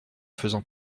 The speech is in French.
faisant